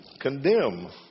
condemn